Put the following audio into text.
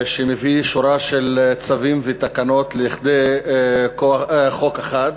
שמביא שורה של צווים ותקנות לכדי חוק אחד.